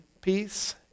peace